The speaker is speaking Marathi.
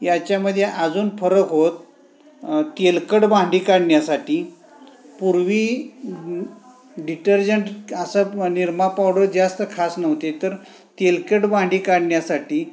याच्यामध्ये अजून फरक होत तेलकट भांडी काढण्यासाठी पूर्वी डिटर्जंट असं निरमा पावडर जास्त खास नव्हती तर तेलकट भांडी काढण्यासाठी